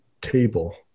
table